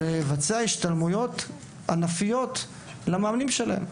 לבצע השתלמויות ענפיות למאמנים שלהם,